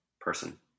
person